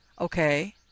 okay